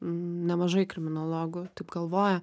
nemažai kriminologų taip galvoja